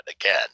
again